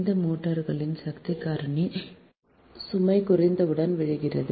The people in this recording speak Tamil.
இந்த மோட்டார்களின் சக்தி காரணி சுமை குறைவுடன் விழுகிறது